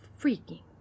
freaking